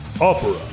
opera